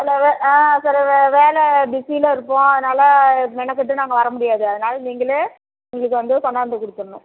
இல்லை வே ஆ சில வே வேலை பிசியில் இருப்போம் அதனால மெனக்கெட்டு நாங்கள் வரமுடியாது அதனால நீங்களே எங்களுக்கு வந்து கொண்டாந்து கொடுத்துர்ணும்